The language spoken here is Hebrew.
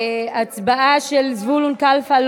ההצבעה על ההצעה של זבולון כלפה,